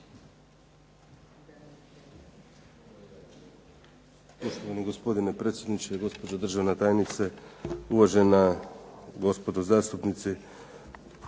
Hvala vam